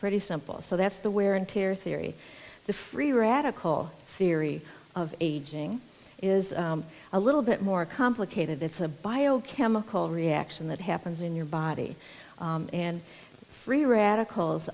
pretty simple so that's the wear and tear theory the free radical theory of aging is a little bit more complicated it's a bio chemical reaction that happens in your body and free radicals